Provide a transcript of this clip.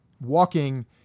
walking